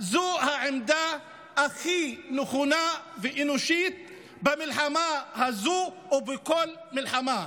זו העמדה הכי נכונה ואנושית במלחמה הזו ובכל מלחמה.